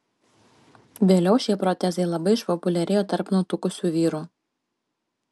vėliau šie protezai labai išpopuliarėjo tarp nutukusių vyrų